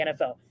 NFL